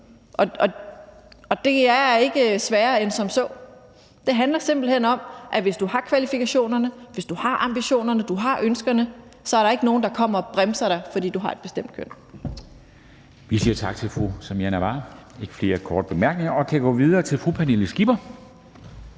Og det er ikke sværere end som så. Det handler simpelt hen om, at hvis du har kvalifikationerne, hvis du har ambitionerne, hvis du har ønskerne, så er der ikke er nogen, der kommer og bremser dig, fordi du har et bestemt køn.